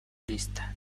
lista